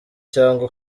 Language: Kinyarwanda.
cyangwa